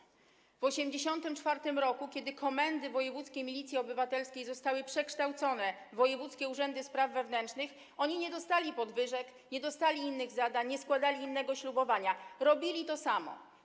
W 1984 r., kiedy komendy wojewódzkiej Milicji Obywatelskiej zostały przekształcone w wojewódzkie urzędy spraw wewnętrznych, oni nie dostali podwyżek, nie dostali innych zadań, nie składali innego ślubowania, robili to samo.